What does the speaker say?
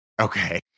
Okay